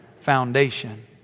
foundation